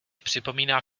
připomíná